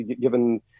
given